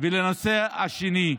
ולנושא השני,